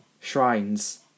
Shrines